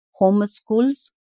homeschools